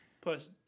Plus